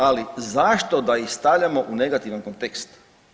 Ali zašto da ih stavljamo u negativan kontekst?